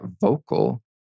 vocal